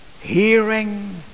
Hearing